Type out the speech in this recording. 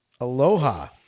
Aloha